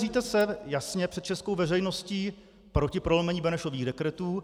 Vymezíte se jasně před českou veřejností proti prolomení Benešových dekretů?